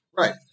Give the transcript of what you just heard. Right